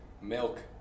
Milk